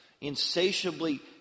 insatiably